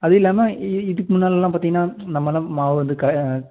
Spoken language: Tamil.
அதுவும் இல்லாமல் இ இதுக்கு முன்னாடியிலலாம் பார்த்தீங்கன்னா நம்மள்லாம் மாவு வந்து க